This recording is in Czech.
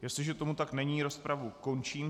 Jestliže tomu tak není, rozpravu končím.